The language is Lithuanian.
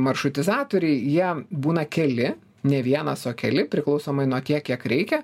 maršrutizatoriai jie būna keli ne vienas o keli priklausomai nuo tiek kiek reikia